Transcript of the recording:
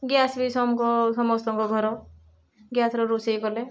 ଗ୍ୟାସ୍ବି ସମସ୍ତଙ୍କ ଘର ଗ୍ୟାସ୍ର ରୋଷେଇ କଲେ